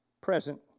present